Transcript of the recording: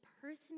personally